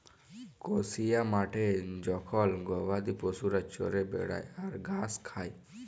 কসিয়া মাঠে জখল গবাদি পশুরা চরে বেড়ায় আর ঘাস খায়